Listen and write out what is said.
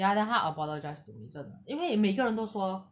ya then 她 apologise to me 真的因为每个人都说